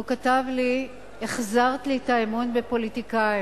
והוא כתב לי: החזרת לי את האמון בפוליטיקאים.